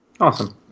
Awesome